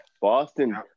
Boston